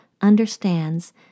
understands